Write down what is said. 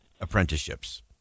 apprenticeships